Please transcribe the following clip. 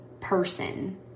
person